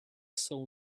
soul